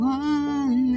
one